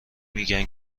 میگن